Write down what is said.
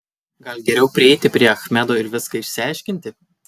gal geriau prieiti prie achmedo ir viską išsiaiškinti